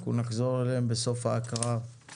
אנחנו נחזור אליהם בסוף ההקראה.